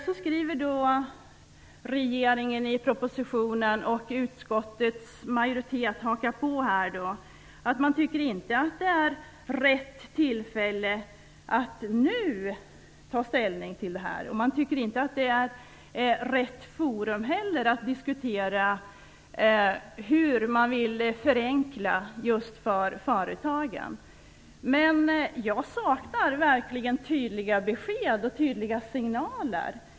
Så skriver då regeringen i propositionen, och utskottets majoritet hakar på, att man inte tycker att det är rätt tillfälle att nu ta ställning till det här, och man tycker inte att det är rätt forum heller att diskutera hur man vill förenkla just för företagen. Jag saknar verkligen tydliga besked och tydliga signaler.